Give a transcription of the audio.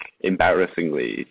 embarrassingly